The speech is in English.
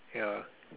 ya